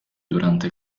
durante